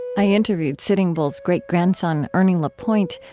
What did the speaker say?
i interviewed sitting bull's great-grandson, ernie lapointe,